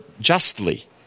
justly